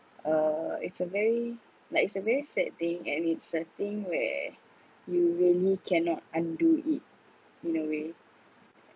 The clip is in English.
uh it's a very like it's a very sad thing and it's a thing where you really cannot undo it in a way